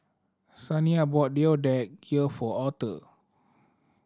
Saniya bought Deodeok Gui for Author